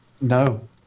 No